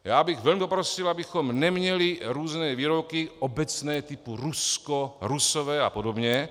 Já bych velmi prosil, abychom neměli různé výroky obecné typu Rusko, Rusové a podobně.